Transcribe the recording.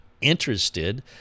interested